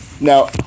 now